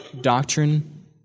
doctrine